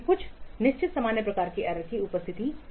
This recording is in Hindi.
कुछ निश्चित सामान्य प्रकार की एरर्स की उपस्थिति के लिए